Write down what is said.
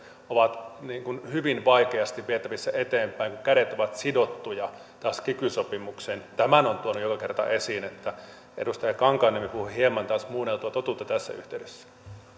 ovat hyvin vaikeasti vietävissä eteenpäin kun kädet ovat sidottuja taas kiky sopimukseen tämän olen tuonut joka kerta esiin niin että edustaja kankaanniemi puhui taas hieman muunneltua totuutta tässä yhteydessä